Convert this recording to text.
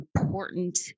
important